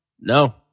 No